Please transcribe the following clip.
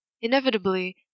Inevitably